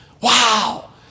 Wow